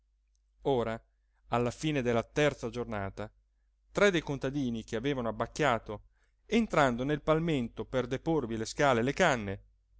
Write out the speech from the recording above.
ora alla fine della terza giornata tre dei contadini che avevano abbacchiato entrando nel palmento per deporvi le scale e le canne